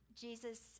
Jesus